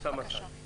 בבקשה אחמד